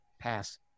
Pass